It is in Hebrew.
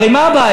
הרי מה הבעיה?